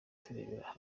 kurebera